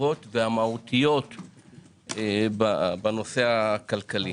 החשובות והמהותיות בנושא הכלכלי.